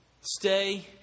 Stay